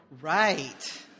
Right